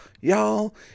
y'all